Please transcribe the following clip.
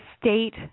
state